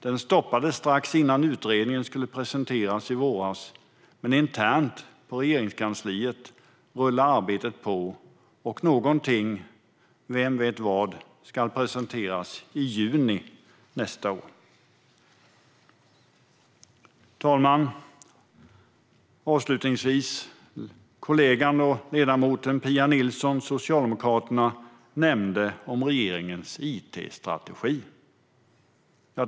Den stoppades strax innan utredningen skulle presenteras i våras, men internt på Regeringskansliet rullar arbetet på och någonting - vem vet vad - ska presenteras i juni nästa år. Fru talman! Kollegan och ledamoten Pia Nilsson från Socialdemokraterna nämnde regeringens it-strategi.